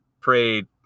prayed